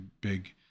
big